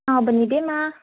ꯁꯥꯕꯅꯤ ꯏꯕꯦꯝꯃ